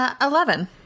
eleven